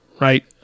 Right